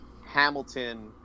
Hamilton